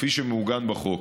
כפי שמעוגן בחוק.